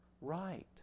right